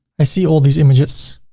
i see all these images.